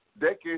Decades